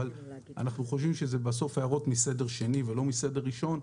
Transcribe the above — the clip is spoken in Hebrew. אבל לדעתנו זה הערות מסדר שני ולא מסדר ראשון.